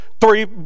three